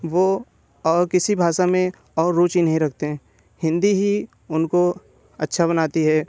वो और किसी भाषा में और रुचि नहीं रखते हैं हिन्दी ही उनको अच्छा बनाती है